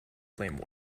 flame